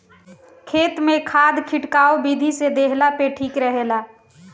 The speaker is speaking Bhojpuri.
खेत में खाद खिटकाव विधि से देहला पे ठीक रहेला